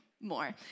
more